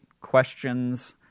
questions